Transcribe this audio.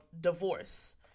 Divorce